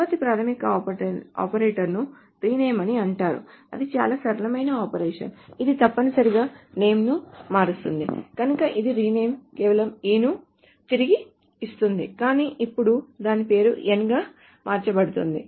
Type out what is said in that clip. తరువాతి ప్రాథమిక ఆపరేటర్ను రీనేమ్ అని అంటారు ఇది చాలా సరళమైన ఆపరేషన్ ఇది తప్పనిసరిగా నేమ్ ను మారుస్తుంది కనుక ఇది రీనేమ్ కేవలం E ను తిరిగి ఇస్తుంది కానీ ఇప్పుడు దాని పేరు N గా మార్చబడింది